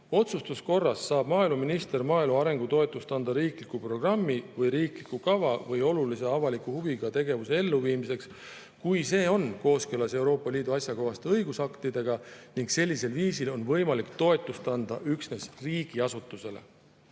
Otsustuskorras saab maaeluminister maaelu arengu toetust anda riikliku programmi või riikliku kava või olulise avaliku huviga tegevuse elluviimiseks, kui see on kooskõlas Euroopa Liidu asjakohaste õigusaktidega, ning sellisel viisil on võimalik toetust anda üksnes riigiasutusele.